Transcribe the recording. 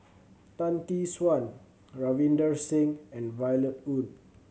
Tan Tee Suan Ravinder Singh and Violet Oon